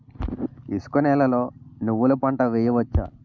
ఇసుక నేలలో నువ్వుల పంట వేయవచ్చా?